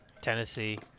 Tennessee